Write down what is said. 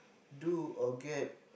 do or get